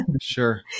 sure